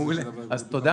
מעולה, אז תודה.